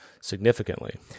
significantly